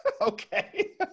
Okay